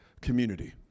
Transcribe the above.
community